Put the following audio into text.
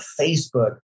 Facebook